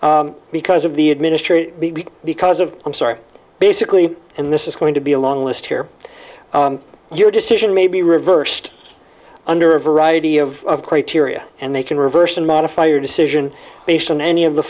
prejudiced because of the administration because of i'm sorry basically and this is going to be a long list here your decision may be reversed under a variety of criteria and they can reverse and modify your decision based on any of the